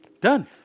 Done